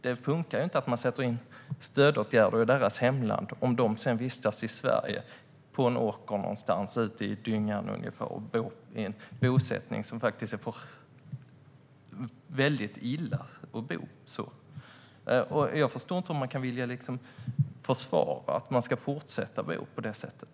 Det funkar inte att man sätter in sådana åtgärder där om de sedan vistas i Sverige på en åker någonstans ute i dyngan och bor i en bosättning. Det är väldigt illa att bo så, och jag förstår inte hur man kan vilja försvara att de ska fortsätta att bo på det sättet.